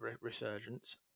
resurgence